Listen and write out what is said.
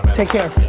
take care.